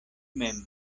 mem